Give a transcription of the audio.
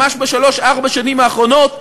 ממש בשלוש-ארבע השנים האחרונות,